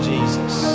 Jesus